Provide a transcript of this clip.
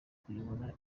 kuyobora